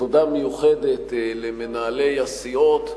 תודה מיוחדת למנהלי הסיעות,